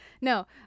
no